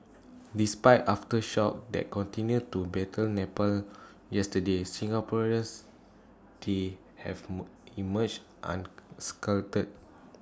despite aftershocks that continued to batter Nepal yesterday Singaporeans the have emerged unscathed